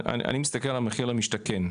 אני מסתכל על המחיר למשתכן,